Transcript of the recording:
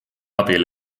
abil